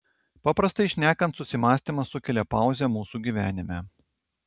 paprastai šnekant susimąstymas sukelia pauzę mūsų gyvenime